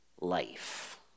life